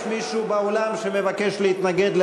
זו לא שאלה קנטרנית,